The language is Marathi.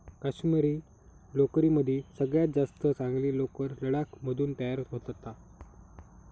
काश्मिरी लोकरीमदी सगळ्यात जास्त चांगली लोकर लडाख मधून तयार जाता